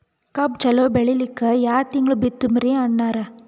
ಕಬ್ಬು ಚಲೋ ಬೆಳಿಲಿಕ್ಕಿ ಯಾ ತಿಂಗಳ ಬಿತ್ತಮ್ರೀ ಅಣ್ಣಾರ?